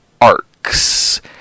arcs